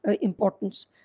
importance